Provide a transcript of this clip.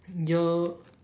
your